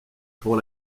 pour